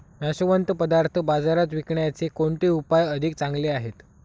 नाशवंत पदार्थ बाजारात विकण्याचे कोणते उपाय अधिक चांगले आहेत?